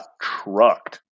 trucked